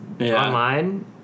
Online